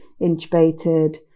intubated